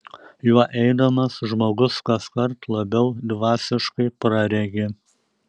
juo eidamas žmogus kaskart labiau dvasiškai praregi